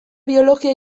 biologia